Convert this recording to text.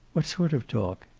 what sort of talk?